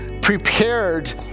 prepared